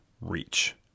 reach